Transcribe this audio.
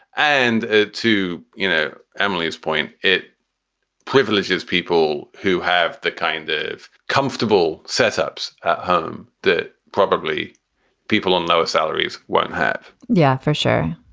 and to, you know, emily's point, it privileges people who have the kind of comfortable setup's home that probably people on lower salaries wouldn't have yeah, for sure.